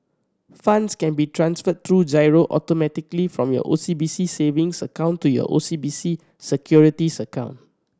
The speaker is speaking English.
funds can be transferred through giro automatically from your O C B C savings account to your O C B C Securities account